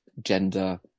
gender